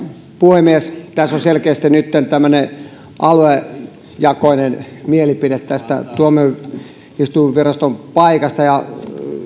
puhemies tässä on selkeästi nytten tämmöinen aluejakoinen mielipide tästä tuomioistuinviraston paikasta